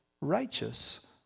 righteous